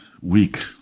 week